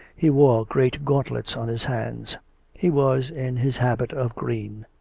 he wore great gauntlets on his hands he was in his habit of green